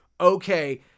okay